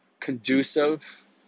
conducive